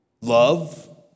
love